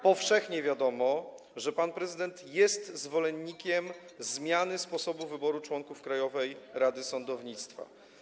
Powszechnie wiadomo, że pan prezydent jest zwolennikiem zmiany sposobu wyboru członków Krajowej Rady Sądownictwa.